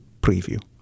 preview